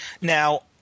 Now